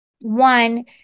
one